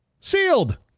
Sealed